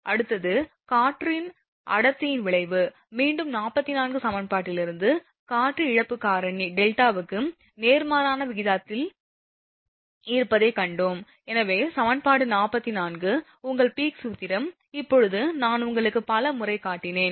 அடுத்தது காற்றின் அடர்த்தியின் விளைவு மீண்டும் 44 சமன்பாட்டிலிருந்து காற்று இழப்பு காரணி டெல்டாவுக்கு நேர்மாறான விகிதத்தில் இருப்பதைக் கண்டோம் எனவே சமன்பாடு 44 உங்கள் பீக் சூத்திரம் இப்போது நான் உங்களுக்கு பல முறை காட்டினேன்